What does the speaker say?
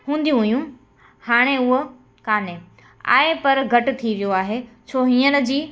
हूंदियूं हुयूं हाणे उहे कोन्हे आहे पर घटि थी वियो आहे छो हींअर जी